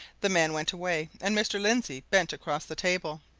the man went away, and mr. lindsey bent across the table.